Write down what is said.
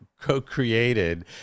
co-created